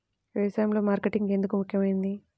వ్యసాయంలో మార్కెటింగ్ ఎందుకు ముఖ్యమైనది?